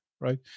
right